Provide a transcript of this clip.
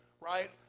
right